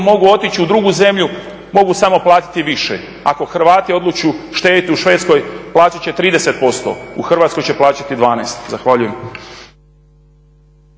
mogu otići u drugu zemlju, mogu samo platiti više. Ako Hrvati odluče štediti u Švedskoj platit će 30%, u Hrvatskoj će plaćati 12. Zahvaljujem.